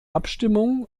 abstimmung